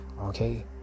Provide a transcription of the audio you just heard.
Okay